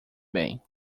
bem